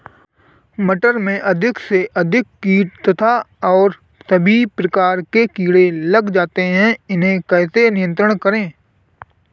टमाटर में अधिक से अधिक कीट तथा और भी प्रकार के कीड़े लग जाते हैं इन्हें कैसे नियंत्रण करें?